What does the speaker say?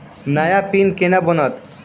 नया पिन केना बनत?